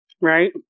Right